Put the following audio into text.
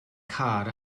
car